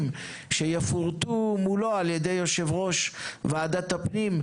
שיפורטו מולו על ידי יושב-ראש ועדת הפנים,